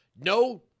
no